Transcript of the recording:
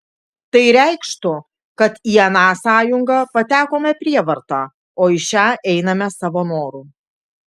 tai reikštų kad į aną sąjungą patekome prievarta į šią einame savo noru